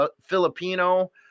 Filipino